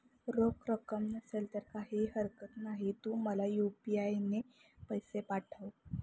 रोख रक्कम नसेल तर काहीही हरकत नाही, तू मला यू.पी.आय ने पैसे पाठव